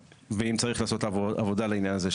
ואם צריך לעשות עבודה על העניין הזה,